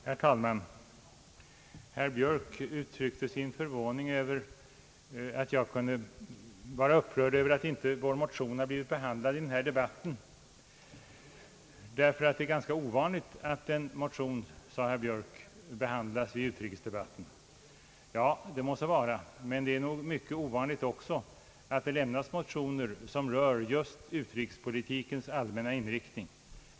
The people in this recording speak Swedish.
Herr talman! Herr Björk uttryckte sin förvåning över att jag kunde vara upprörd därför att vår motion inte blivit behandlad i den här debatten. Det är ganska ovanligt, sade herr Björk, att en motion behandlas i en utrikesdebatt. Det må så vara, men det är också mycket ovanligt att det lämnas motioner som rör utrikespolitikens allmänna inriktning.